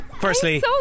Firstly